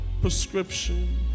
prescription